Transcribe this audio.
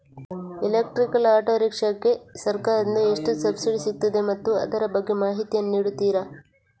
Electrical auto rickshaw ಗೆ ಸರ್ಕಾರ ದಿಂದ ಎಷ್ಟು ಸಬ್ಸಿಡಿ ಸಿಗುತ್ತದೆ ಮತ್ತು ಅದರ ಬಗ್ಗೆ ಮಾಹಿತಿ ಯನ್ನು ನೀಡುತೀರಾ?